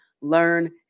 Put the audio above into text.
learn